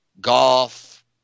golf